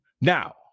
Now